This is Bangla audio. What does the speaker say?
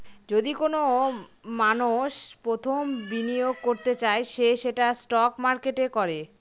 যদি কোনো মানষ প্রথম বিনিয়োগ করতে চায় সে সেটা স্টক মার্কেটে করে